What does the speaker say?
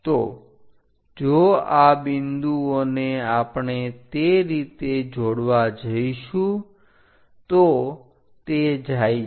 તો જો આ બિંદુઓને આપણે તે રીતે જોડવા જઈશું તો તે જાય છે